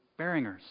Beringers